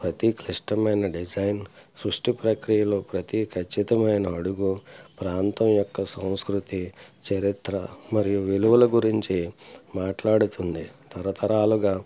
ప్రతీ క్లిష్టమైన డిజైన్ సృష్టి ప్రక్రియలో ప్రతీ ఖచ్చితమైన అడుగు ప్రాంతం యొక్క సంస్కృతి చరిత్ర మరియు విలువల గురించి మాట్లాడుతుంది తరతరాలుగా